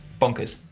bonkers.